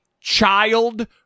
child